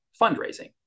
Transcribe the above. fundraising